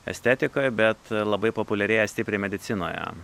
estetikoj bet labai populiarėja stipriai medicinoje